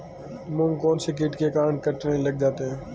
मूंग कौनसे कीट के कारण कटने लग जाते हैं?